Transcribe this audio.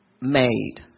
made